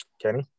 Kenny